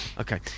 Okay